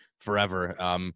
forever